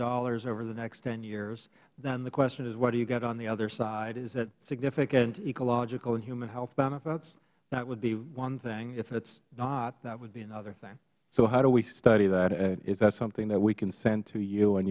dollars over the next ten years then the question is what do you get on the other side is it significant ecological and human health benefits that would be one thing if it is not that would be another thing mister labrador so how do we study that and is that something that we can send to you and